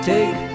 Take